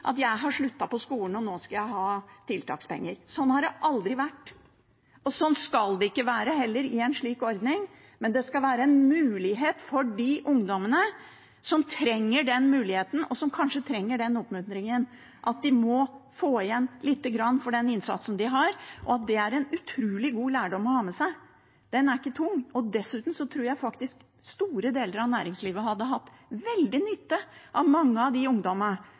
Jeg har sluttet på skolen, og nå skal jeg ha tiltakspenger. Sånn har det aldri vært, og sånn skal det heller ikke være i en slik ordning, men det skal være en mulighet for de ungdommene som trenger den muligheten, og som kanskje trenger den oppmuntringen, at de må få igjen litt for den innsatsen de gjør, og det er en utrolig god lærdom å ha med seg, den er ikke tung. Dessuten tror jeg faktisk store deler av næringslivet hadde hatt veldig nytte av mange av de ungdommene,